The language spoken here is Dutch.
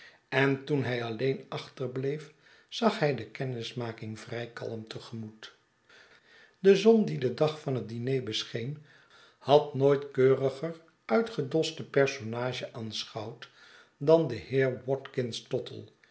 en toen hij alleen achterbleef zag hij de kennismaking vrij kalm te gemoet de zon die den dag van het diner bescheen had nooit keuriger uitgedoschten personage aanschouwd dan den heer watkins tottle